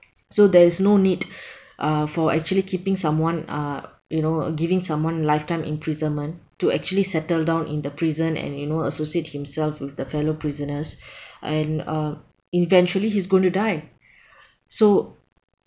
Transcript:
so there is no need uh for actually keeping someone uh you know giving someone lifetime imprisonment to actually settle down in the prison and you know associate himself with the fellow prisoners and uh eventually he's going to die so